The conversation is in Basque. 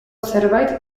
zerbait